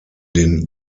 den